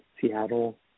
Seattle